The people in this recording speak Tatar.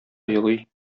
елый